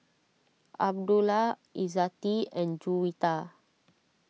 Abdullah Izzati and Juwita